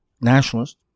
Nationalist